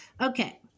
Okay